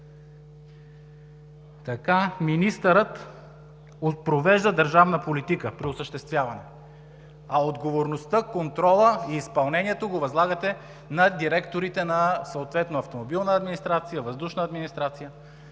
„Министърът провежда държавна политика при осъществяване...“, а отговорността, контрола и изпълнението ги възлагате на директорите на съответно Автомобилна администрация, Въздушна администрация.